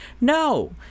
no